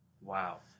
Wow